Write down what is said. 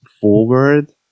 forward